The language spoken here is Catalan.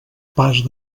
pas